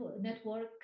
network